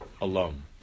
alone